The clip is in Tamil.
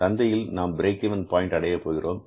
சந்தையில் நாம் பிரேக் இவென் பாயின்ட் அடையப் போகிறோம்